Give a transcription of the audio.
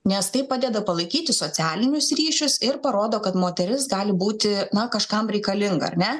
nes tai padeda palaikyti socialinius ryšius ir parodo kad moteris gali būti kažkam reikalinga ar ne